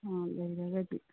ꯂꯩꯔꯒꯗꯤ